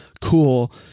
cool